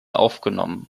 aufgenommen